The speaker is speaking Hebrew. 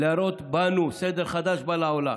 להראות לנו שסדר חדש בא לעולם.